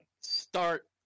Start